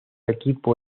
equipo